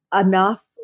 enough